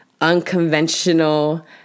unconventional